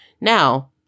Now